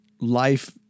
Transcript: Life